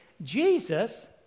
jesus